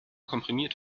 komprimiert